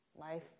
Life